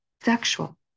sexual